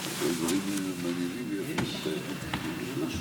אני יכול